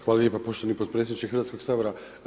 Hvala lijepa poštovani potpredsjedniče Hrvatskoga sabora.